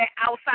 outside